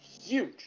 huge